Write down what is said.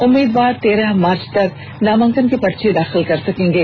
उम्मीदवार तेरह मार्च तक नामांकन के पर्चे दाखिल कर सकेंगे